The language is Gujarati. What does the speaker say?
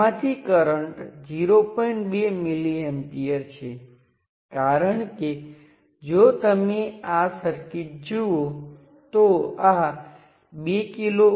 તમે આ બધું કરો છો તમે તમારી સર્કિટ લો અને તમે એક ટર્મિનલ અને બીજાં પ્રાઈમ વચ્ચે કંઈપણ જોડતા નથી જ્યાં તમે સમકક્ષ શોધવાનો પ્રયાસ કરો છો અને તે ટર્મિનલ પર ઓપન સર્કિટ વોલ્ટેજ શોધો